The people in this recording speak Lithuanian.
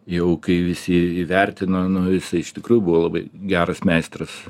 jau kai visi įvertino nu jisai iš tikrųjų buvo labai geras meistras